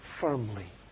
firmly